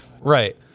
Right